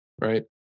right